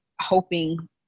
hoping